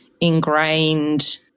ingrained